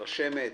רשמת,